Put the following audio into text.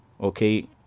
Okay